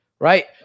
Right